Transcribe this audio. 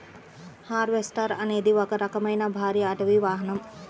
harvester అనేది ఒక రకమైన భారీ అటవీ వాహనం